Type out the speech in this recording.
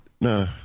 no